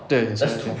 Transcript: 对